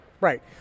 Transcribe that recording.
right